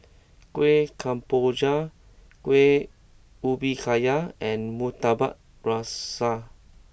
Kueh Kemboja Kueh Ubi Kayu and Murtabak Rusa